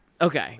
okay